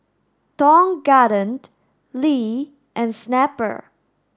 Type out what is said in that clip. Tong Garden Lee and Snapple